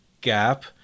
gap